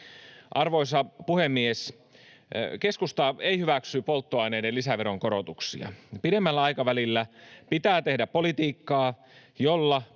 Arvoisa puhemies! Keskusta ei hyväksy polttoaineiden lisäveronkorotuksia. Pidemmällä aikavälillä pitää tehdä politiikkaa, jolla